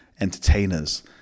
entertainers